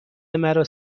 مرا